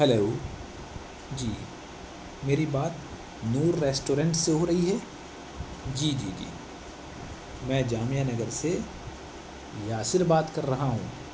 hello جی میری بات نور ریسٹورنٹ سے ہو رہی ہے جی جی جی میں جامعہ نگر سے یاسر بات کر رہا ہوں